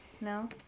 No